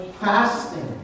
fasting